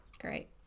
Great